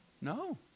No